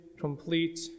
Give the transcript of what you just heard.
complete